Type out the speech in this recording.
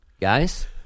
Guys